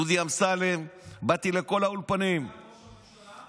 דודי אמסלם, באתי לכל האולפנים, גם ראש הממשלה?